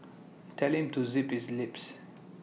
tell him to zip his lips